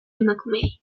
emakumeei